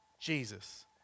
jesus